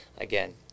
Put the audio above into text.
Again